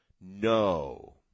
No